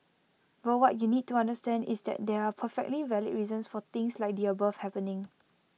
but what you need to understand is that there are perfectly valid reasons for things like the above happening